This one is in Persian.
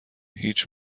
هیچ